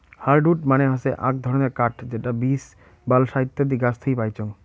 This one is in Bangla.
হার্ডউড মানে হসে আক ধরণের কাঠ যেটা বীচ, বালসা ইত্যাদি গাছ থুই পাইচুঙ